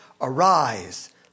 Arise